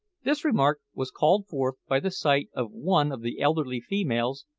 this remark was called forth by the sight of one of the elderly females,